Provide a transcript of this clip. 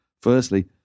Firstly